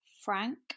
frank